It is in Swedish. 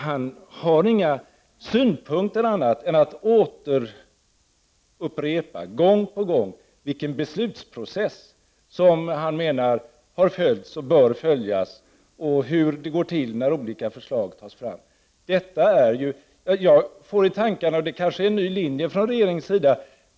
Han har inga synpunkter — annat än att återupprepa, gång på gång, vilken beslutsprocess som han menar har följts och bör följas och hur det går till när olika förslag tas fram. Det kanske är en ny linje från regeringens sida.